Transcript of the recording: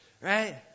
Right